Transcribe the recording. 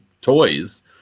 toys